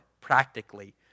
practically